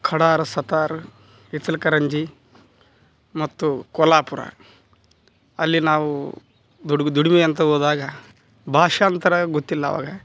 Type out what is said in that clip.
ಖಡಾರ ಸತಾರಾ ಇಚಲಕರಂಜಿ ಮತ್ತು ಕೊಲ್ಹಾಪುರ ಅಲ್ಲಿ ನಾವು ದುಡ್ಗು ದುಡಿಮೆ ಅಂತ ಹೋದಾಗ ಭಾಷಾಂತರ ಗೊತ್ತಿಲ್ಲ ಅವಾಗ